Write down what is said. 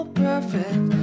perfect